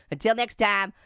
until next time,